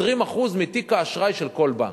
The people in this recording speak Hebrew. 20% מתיק האשראי של כל בנק.